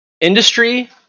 industry